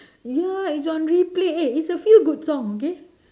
ya it's on replay eh it's a few good songs okay